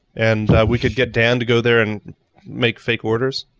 and we could get dan to go there and make fake orders.